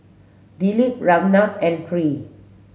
Dilip Ramnath and Hri